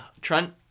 Trent